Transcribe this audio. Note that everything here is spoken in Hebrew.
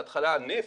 בהתחלה נפט,